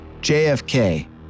JFK